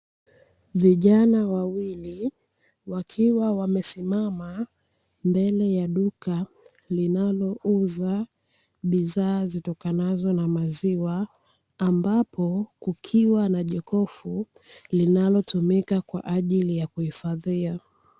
Vijana wawili wakiwa wamesimama mbele ya duka linalouza bidhaa zitokanazo na maziwa, ambapo kukiwa na jokofu linalotumika kwaajili ya kuifadhia.